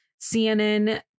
CNN